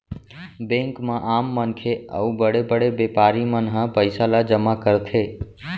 bank म आम मनखे अउ बड़े बड़े बेपारी मन ह पइसा ल जमा करथे